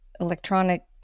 electronic